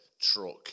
Truck